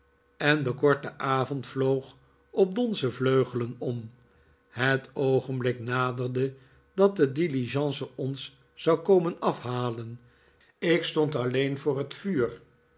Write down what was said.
en de korte avond vloog op donzen vleugelen om het oogenblik naderde dat de diligence ons zou komen afhalen ik stond alleen voor het vuur